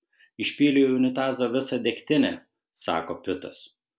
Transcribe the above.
išpyliau į unitazą visą degtinę sako pitas